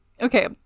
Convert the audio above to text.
okay